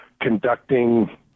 conducting